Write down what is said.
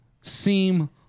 seem